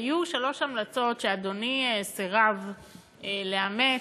היו שלוש המלצות שאדוני סירב לאמץ,